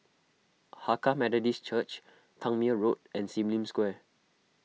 Hakka Methodist Church Tangmere Road and Sim Lim Square